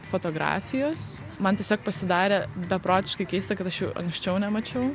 fotografijos man tiesiog pasidarė beprotiškai keista kad aš jų anksčiau nemačiau